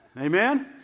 Amen